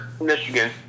Michigan